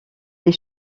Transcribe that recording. les